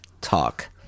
talk